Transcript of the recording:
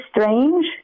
strange